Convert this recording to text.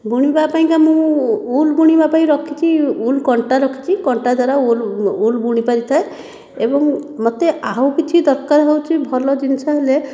ବୁଣିବା ପାଇଁକା ମୁଁ ଉଲ୍ ବୁଣିବା ପାଇଁ ରଖିଛି ଉଲ୍ କଣ୍ଟା ରଖିଛି କଣ୍ଟା ଦ୍ୱାରା ଉଲ୍ ବୁଣି ପାରିଥାଏ ଏବଂ ମୋତେ ଆଉ କିଛି ଦରକାର ହେଉଛି ଭଲ ଜିନିଷ ହେଲେ